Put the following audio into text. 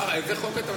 על איזה חוק אתה מדבר?